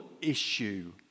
issue